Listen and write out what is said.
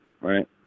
Right